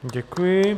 Děkuji.